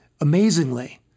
amazingly